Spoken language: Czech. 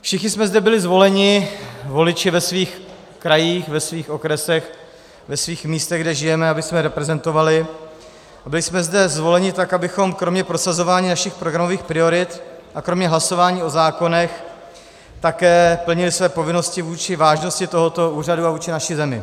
Všichni jsme zde byli zvoleni voliči ve svých krajích, ve svých okresech, ve svých místech, kde žijeme, abychom reprezentovali, a byli jsme sem zvoleni, abychom kromě prosazování našich programových priorit a kromě hlasování o zákonech také plnili své povinnosti vůči vážnosti tohoto úřadu a vůči naší zemi.